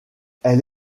elle